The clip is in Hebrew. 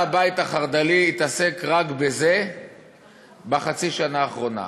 הבית החרד"לי התעסק רק בזה בחצי השנה האחרונה?